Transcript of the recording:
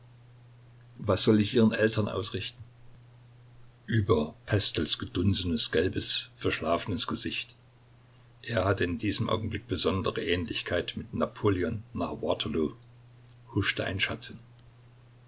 was soll ich ihren eltern ausrichten über pestels gedunsenes gelbes verschlafenes gesicht er hatte in diesem augenblick besondere ähnlichkeit mit napoleon nach waterloo huschte ein schatten